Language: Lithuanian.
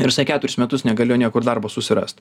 ir jisai keturis metus negalėjo niekur darbo susirast